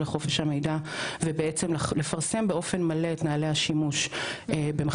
לחופש המידע לפרסם באופן מלא את נוהלי השימוש במכת"זיות,